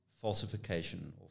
falsification